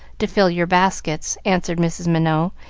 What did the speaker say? to fill your baskets, answered mrs. minot,